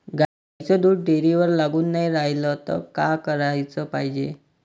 गाईचं दूध डेअरीवर लागून नाई रायलं त का कराच पायजे?